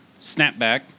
Snapback